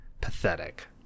pathetic